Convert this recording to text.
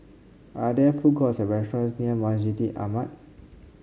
are there food courts or restaurants near Masjid Ahmad